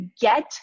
get